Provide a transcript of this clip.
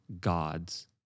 gods